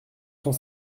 cent